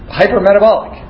hypermetabolic